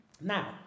Now